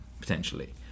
potentially